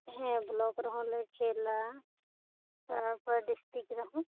ᱦᱮᱸ ᱵᱞᱚᱠ ᱨᱮᱦᱚᱸ ᱞᱮ ᱠᱷᱮᱞᱟ ᱛᱟᱯᱚᱨᱮ ᱰᱤᱥᱴᱨᱤᱠ ᱨᱮᱦᱚᱸ